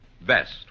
best